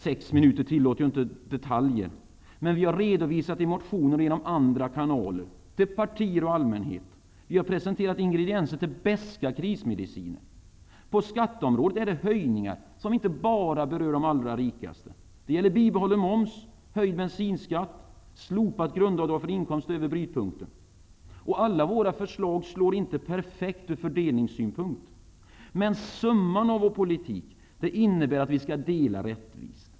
Sex minuter tillåter inte att jag redogör för detaljer, men vi har redovisat det i motioner och genom andra kanaler till partier och allmänhet. Vi har presenterat ingredienser till beska krismediciner. På skatteområdet är det höjningar som inte bara berör de allra rikaste. Det gäller bibehållen moms, höjd bensinskatt och slopat grundavdrag för inkomster över brytpunkten. Alla våra förslag slår inte perfekt ur fördelningssynpunkt. Men summan av vår politik innebär att vi skall dela rättvist.